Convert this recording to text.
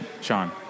Sean